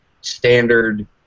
standard